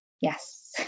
Yes